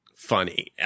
funny